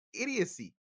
idiocy